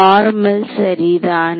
normal சரிதான்